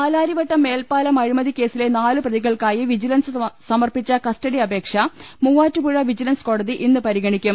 പാലാരിവട്ടം മേൽപ്പാലം അഴിമതിക്കേസിലെ നാല് പ്രതി കൾക്കായി വിജിലൻസ് സമർപ്പിച്ച കസ്റ്റഡി അപേക്ഷ മൂവാറ്റു പുഴ വിജിലൻസ് കോടതി ഇന്ന് പരിഗണിക്കും